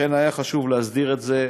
לכן היה חשוב להסדיר את זה,